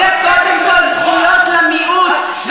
זה קודם כול זכויות למיעוט.